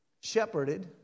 shepherded